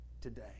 today